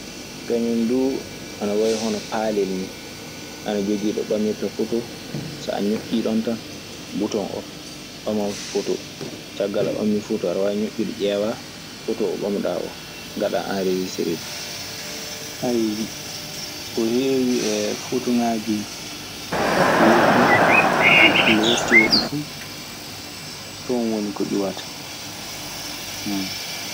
Kañun duu ana way yono paalel ni ana joogi ɗo mbamirta fotoo. So a ñoƴƴii ɗon tan buton o ɓaman fotoo. Caggal a mbamii foto aɗa waawi ñoƴƴuude ƴeewa. Ko heewi e fotoŋaaji lobbi looteteeɗi fuu, ton woni ko ƴuwata.